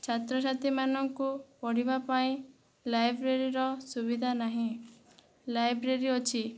ଛାତ୍ରଛାତ୍ରୀ ମାନଙ୍କୁ ପଢ଼ିବା ପାଇଁ ଲାଇବ୍ରେରୀର ସୁବିଧା ନାହିଁ ଲାଇବ୍ରେରୀ ଅଛି